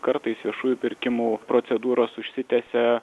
kartais viešųjų pirkimų procedūros užsitęsia